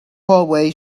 hallway